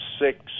six